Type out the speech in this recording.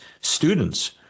students